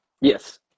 Yes